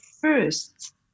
first